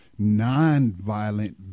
nonviolent